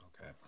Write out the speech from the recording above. Okay